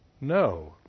No